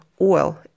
oil